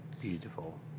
beautiful